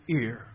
ear